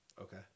Okay